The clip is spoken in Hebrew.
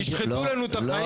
ישחטו לנו את החיים.